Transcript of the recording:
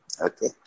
Okay